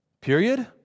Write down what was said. Period